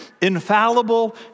infallible